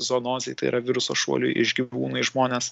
zonozei tai yra viruso šuoliui iš gyvūnų į žmones